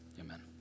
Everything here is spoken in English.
Amen